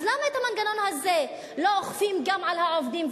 אז למה את המנגנון הזה לא אוכפים גם על העובדים,